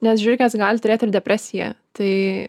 nes žiurkės gali turėt ir depresiją tai